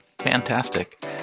fantastic